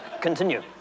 continue